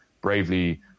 bravely